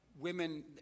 women